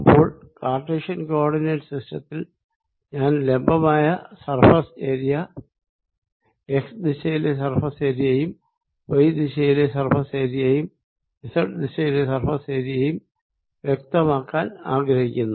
അപ്പോൾ Cartesian coordinate സിസ്റ്റത്തിൽ ഞാൻ ലംബമായ സർഫേസ് ഏരിയ എക്സ് ദിശയിലെ സർഫേസ് ഏരിയയും വൈ ദിശയിലെ സർഫേസ് ഏരിയയും സെഡ് ദിശയിലെ സർഫേസ് ഏരിയയും വ്യക്തമാക്കാൻ ആഗ്രഹിക്കുന്നു